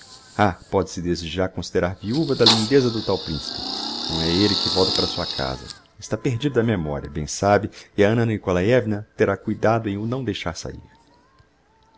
ah pode-se desde já considerar viuva da lindeza do tal principe não é elle que volta para sua casa está perdido da memoria bem sabe e a anna nikolaievna terá cuidado em o não deixar saír